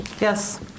Yes